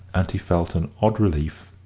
and he felt an odd relief.